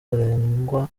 arangwa